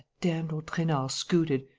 damned old trainard scooted!